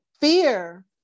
fear